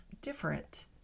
different